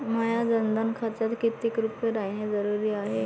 माह्या जनधन खात्यात कितीक रूपे रायने जरुरी हाय?